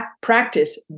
practice